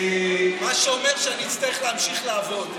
מה שאומר שאני אצטרך להמשיך לעבוד.